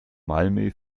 malmö